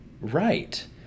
right